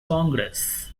congress